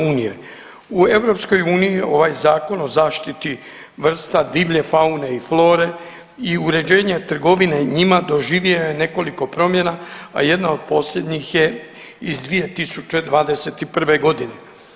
U EU je ovaj Zakon o zaštiti vrsta divlje faune i flore i uređenje trgovine i njima doživjele nekoliko promjena, a jedna od posljednjih je iz 2021. godine.